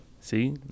See